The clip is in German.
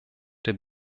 der